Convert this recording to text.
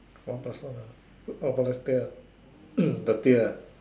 one plus one ah orh plus tier the tier ah